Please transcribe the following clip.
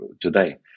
today